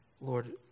Lord